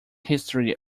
history